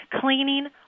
cleaning